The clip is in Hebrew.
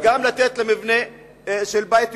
לתת למבנה של "בית יהונתן",